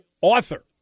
author